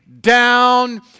down